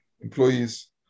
employees